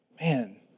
Man